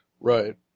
Right